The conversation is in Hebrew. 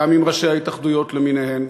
גם עם ראשי ההתאחדויות למיניהן,